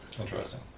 Interesting